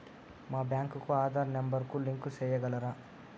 మా బ్యాంకు కు ఆధార్ నెంబర్ కు లింకు సేయగలరా?